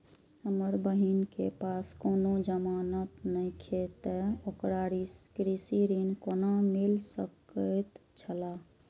हमर बहिन के पास कोनो जमानत नेखे ते ओकरा कृषि ऋण कोना मिल सकेत छला?